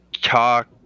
talk